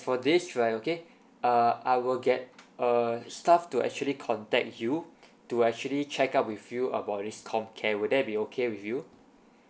for this right okay uh will get err staff to actually contact you to actually check up with you about this comcare would that be okay with you